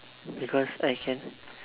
because I can